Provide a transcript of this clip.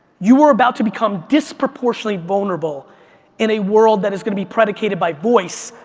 you are about to become disproportionately vulnerable in a world that is going to be predicated by voice,